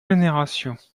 générations